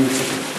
אני מצטט.